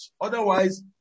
Otherwise